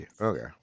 okay